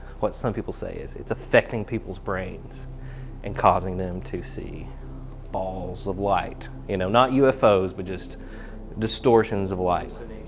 what some people say is, it's effecting people's brains and causing them to see balls of light. you know not ufo's but just distortions of light.